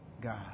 God